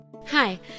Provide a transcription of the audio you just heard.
Hi